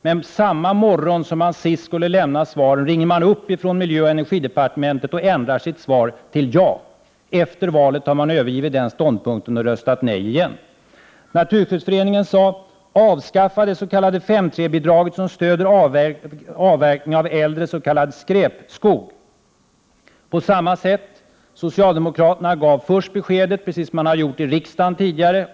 Men samma morgon som svaren senast skulle lämnas ringer man upp från miljöoch energidepartementet och ändrar sitt svar till ja. Efter valet har man övergivit den ståndpunkten och röstar nej igen. Naturskyddsföreningen sade: Avskaffa det s.k. 5:3-bidraget, som stöder avverkning av äldre s.k. skräpskog! På samma sätt gav socialdemokraterna först beskedet nej, precis som man hade gjort i riksdagen tidigare.